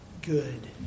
good